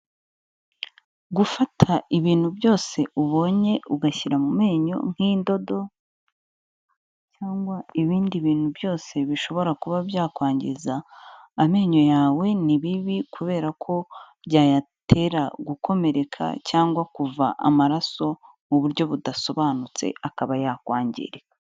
Gufata ibintu byose ubonye ugashyira mu menyo nk'indodo, cyangwa ibindi bintu byose bishobora kuba byakwangiza amenyo yawe ni bibi, kubera ko byayatera gukomereka cyangwa kuva amaraso mu buryo budasobanutse akaba yakwangirika.